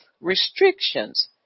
restrictions